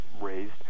raised